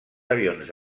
avions